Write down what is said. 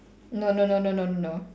no no no no no no no